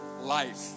life